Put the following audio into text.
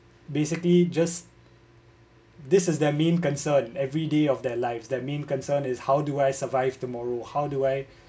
basically just this is their main concern everyday of their lives their main concern is how do I survived tomorrow how do I